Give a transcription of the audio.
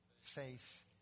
faith